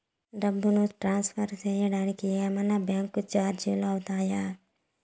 డబ్బును ట్రాన్స్ఫర్ సేయడానికి ఏమన్నా బ్యాంకు చార్జీలు అవుతాయా?